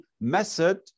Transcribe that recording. method